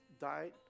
died